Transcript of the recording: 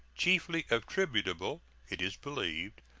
chiefly attributable it is believed,